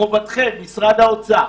חובת משרד האוצר,